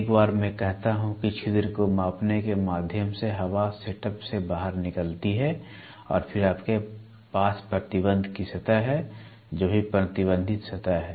एक बार मैं कहता हूं कि छिद्र को मापने के माध्यम से हवा सेटअप से बाहर निकलती है और फिर आपके पास प्रतिबंध की सतह है जो भी प्रतिबंधित सतह है